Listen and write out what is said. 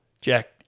Jack